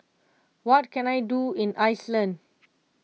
what can I do in Iceland